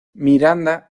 miranda